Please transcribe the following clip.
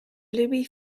louis